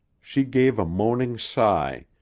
she gave a moaning sigh,